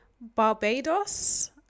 barbados